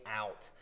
out